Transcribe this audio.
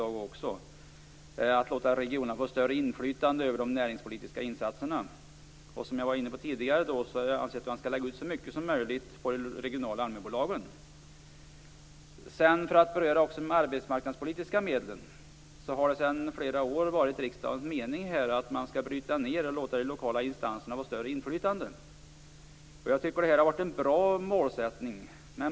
Det handlar om att låta regionerna få större inflytande över de näringspolitiska insatserna. Som jag var inne på tidigare anser jag att man skall lägga ut så mycket som möjligt på de regionala ALMI-bolagen. När det gäller de arbetsmarknadspolitiska medlen har det sedan flera år varit riksdagens mening att man skall bryta ned och låta de lokala instanserna få större inflytande. Jag tycker att det har varit en bra målsättning.